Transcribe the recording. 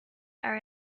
are